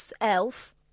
Elf